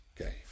Okay